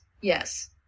Yes